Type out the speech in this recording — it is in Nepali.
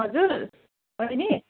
हजुर बैनी